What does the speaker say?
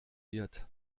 wird